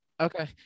Okay